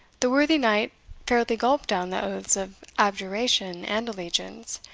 the worthy knight fairly gulped down the oaths of abjuration and allegiance,